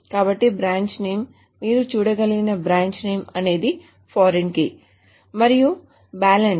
కాబట్టి branch name మీరు చూడగలిగిన బ్రాంచ్ నేమ్ అనేది ఫారిన్ కీ మరియు బ్యాలెన్స్